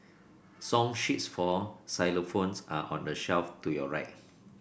song sheets for xylophones are on the shelf to your right